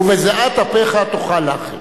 ובזיעת אפיך תאכל לחם.